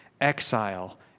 exile